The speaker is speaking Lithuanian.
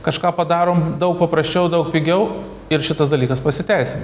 kažką padarom daug paprasčiau daug pigiau ir šitas dalykas pasiteisina